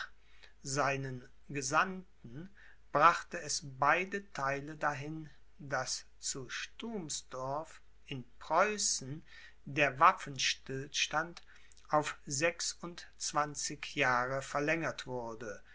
seinen gesandten brachte es beide theile dahin daß zu stuhmsdorf in preußen der waffenstillstand auf sechsundzwanzig jahre verlängert wurde